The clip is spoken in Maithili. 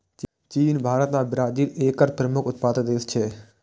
चीन, भारत आ ब्राजील एकर प्रमुख उत्पादक देश छियै